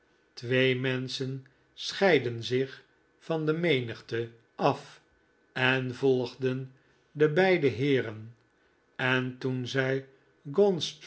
twee menschen scheidden zich van de menigte af en volgden de beide heeren en toen zij